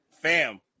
Fam